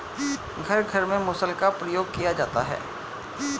घर घर में मुसल का प्रयोग किया जाता है